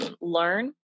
LEARN